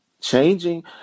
changing